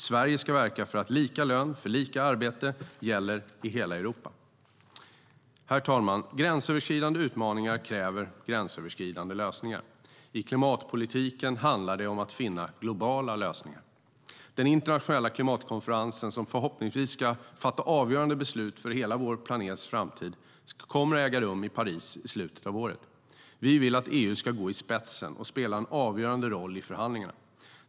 Sverige ska verka för att lika lön för lika arbete gäller i hela Europa.Herr talman! Gränsöverskridande utmaningar kräver gränsöverskridande lösningar. I klimatpolitiken handlar det om att finna globala lösningar. Den internationella klimatkonferensen, som förhoppningsvis ska fatta avgörande beslut för hela vår planets framtid, kommer att äga rum i Paris i slutet av året. Vi vill att EU ska gå i spetsen och spela en avgörande roll i förhandlingarna.